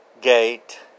gate